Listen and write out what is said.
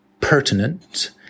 pertinent